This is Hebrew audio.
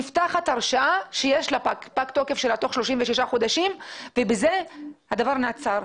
נפתחת הרשאה שפג תוקפה אחרי 36 חודשים ובזה זה נעצר.